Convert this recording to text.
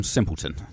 Simpleton